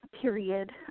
period